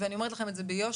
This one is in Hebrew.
ואני אומרת לכם את זה ביושר,